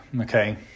okay